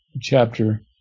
chapter